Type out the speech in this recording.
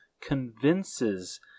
convinces